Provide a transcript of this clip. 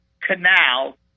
canal